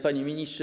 Panie Ministrze!